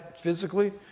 physically